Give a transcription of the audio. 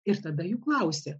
ir tada jų klausi